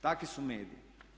Takvi su mediji.